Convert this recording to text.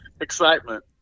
excitement